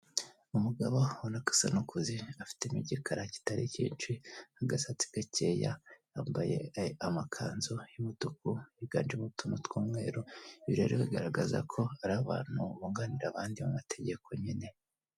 Umugabo ubona ko asa n'ukuze, afitemo igikara kitari cyinshi agasatsi gakeya, yambaye amakanzu y'umutuku higanjemo utuntu tw'umweru, ibi rero bigaragaza ko ari abantu bunganira abandi mu mategeko nyine.